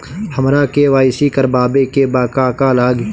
हमरा के.वाइ.सी करबाबे के बा का का लागि?